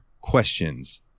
questions